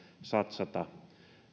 satsata